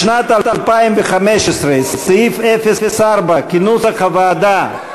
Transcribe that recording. לשנת 2015, סעיף 04 כנוסח הוועדה.